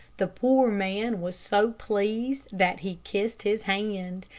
the poor man was so pleased that he kissed his hand,